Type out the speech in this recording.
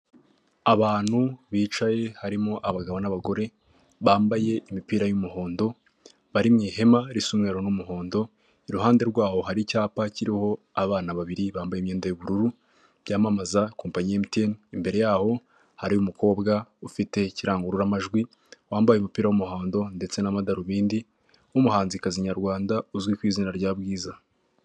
Abantu bicaye harimo abagabo n'abagore bambaye imipira y'umuhondo, bari mu ihema risa umweru n'umuhondo, iruhande rwaho hari icyapa kiriho abana babiri bambaye imyenda y'ubururu, byamamaza kompanyi ya emutiyene, imbere yabo hariho umukobwa ufite ikirangururamajwi wambaye umupira w'umuhondo ndetse n'amadarubindi w'umuhanzikazi nyarwanda uzwi ku izina rya Bwiza.